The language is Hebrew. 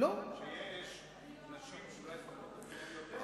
שיש נשים שאולי, יותר.